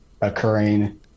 occurring